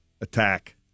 Attack